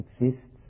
exists